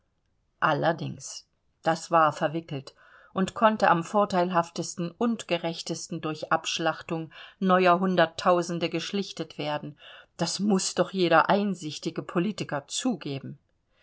allerdings das war verwickelt und konnte am vorteilhaftesten und gerechtesten durch abschlachtung neuer hunderttausende geschlichtet werden das muß doch jeder einsichtige politiker zugeben